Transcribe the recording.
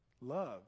Love